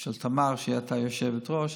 של תמר, שהייתה היושבת-ראש,